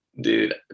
Dude